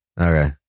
Okay